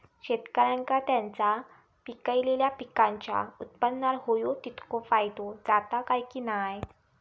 शेतकऱ्यांका त्यांचा पिकयलेल्या पीकांच्या उत्पन्नार होयो तितको फायदो जाता काय की नाय?